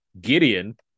Gideon